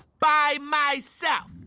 by myself.